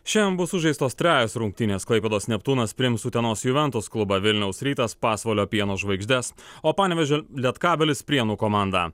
šian bus sužaistos trejos rungtynės klaipėdos neptūnas priims utenos juventus klubą vilniaus rytas pasvalio pieno žvaigždes o panevėžio lietkabelis prienų komandą